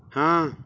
ਹਾਂ